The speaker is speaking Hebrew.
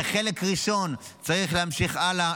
זה חלק ראשון צריך להמשיך הלאה,